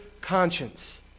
conscience